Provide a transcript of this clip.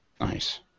Nice